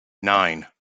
nine